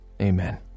amen